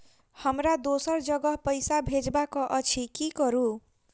हमरा दोसर जगह पैसा भेजबाक अछि की करू?